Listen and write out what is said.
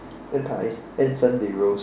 and pies and sundae rolls